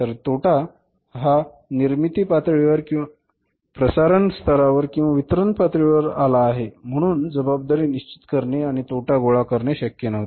जर तोटा हा निर्मिती पातळीवर किंवा प्रसारण स्तरावर किंवा वितरण पातळीवर आला आहे म्हणून जबाबदारी निश्चित करणे आणि तोटा गोळा करणे शक्य नव्हते